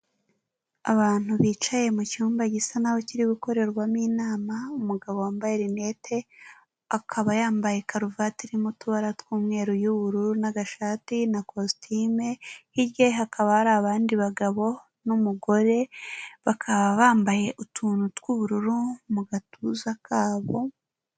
Abantu bicaye mu cyumba gisa naho kiri gukorerwamo inama, umugabo wambaye rinete, akaba yambaye karuvati irimo utubara tw'umweru y'ubururu n'agashati na kositime, hirya ye hakaba hari abandi bagabo n'umugore, bakaba bambaye utuntu tw'ubururu mu gatuza kabo.